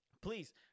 please